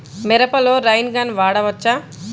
మిరపలో rain gun వాడవచ్చా?